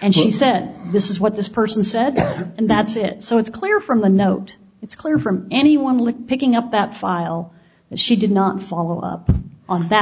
and she said this is what this person said and that's it so it's clear from the note it's clear from anyone like picking up that file that she did not follow up on that